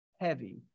heavy